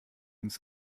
ins